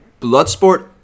Bloodsport